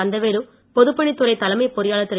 கந்தவேலு பொதுப்பணித் துறை தலைமை பொறியாளர் திரு